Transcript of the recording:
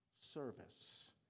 service